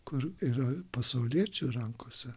kur yra pasauliečių rankose